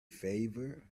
favor